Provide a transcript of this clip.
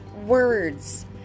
Words